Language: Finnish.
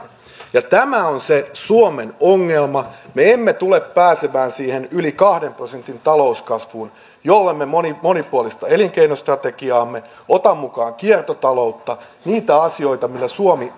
aloitin tämä on se suomen ongelma me emme tule pääsemään siihen yli kahden prosentin talouskasvuun jollemme monipuolista elinkeinostrategiaamme ota mukaan kiertotaloutta niitä asioita millä suomi